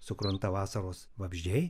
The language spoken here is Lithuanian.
sukrunta vasaros vabzdžiai